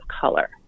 color